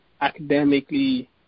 academically